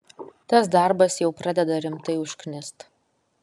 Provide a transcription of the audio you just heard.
tas darbas jau pradeda rimtai užknist